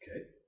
Okay